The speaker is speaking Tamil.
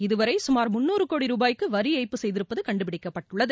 இதுவரை சுமார் முந்நூறு கோடி ரூபாய்க்கு வரி ஏய்ப்பு செய்திருப்பது கண்டுபிடிக்கப்பட்டுள்ளது